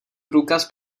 průkaz